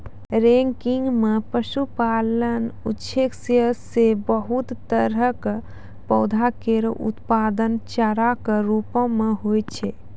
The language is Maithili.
रैंकिंग म पशुपालन उद्देश्य सें बहुत तरह क पौधा केरो उत्पादन चारा कॅ रूपो म होय छै